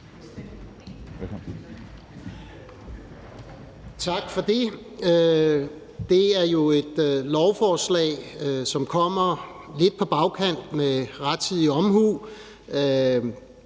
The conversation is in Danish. Tak for det. Det er jo et lovforslag, som kommer lidt på bagkant med rettidig omhu.